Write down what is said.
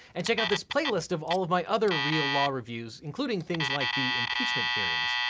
and check out this playlist of all of my other real law reviews, including things like the impeachment hearings,